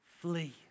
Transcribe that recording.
Flee